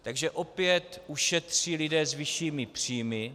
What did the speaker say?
Takže opět ušetří lidé s vyššími příjmy.